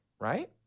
right